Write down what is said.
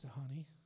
honey